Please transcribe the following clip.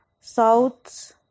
south